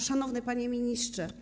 Szanowny Panie Ministrze!